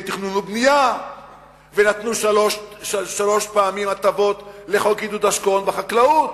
תכנון ובנייה ונתנו שלוש פעמים הטבות לחוק עידוד השקעות בחקלאות.